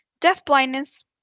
deafblindness